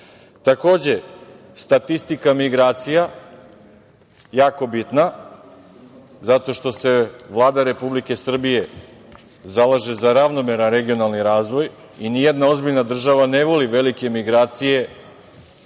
statistika migracija jako bitna zato što se Vlada Republike Srbije zalaže za ravnomeran regionalni razvoj i ni jedna ozbiljna država ne voli velike migracije